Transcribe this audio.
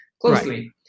closely